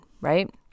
Right